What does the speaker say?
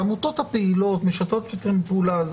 העמותות הפעילות משתפות איתכם פעולה.